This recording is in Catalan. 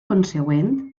consegüent